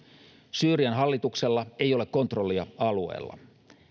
syyrian hallituksella ei ole kontrollia alueella